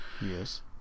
Yes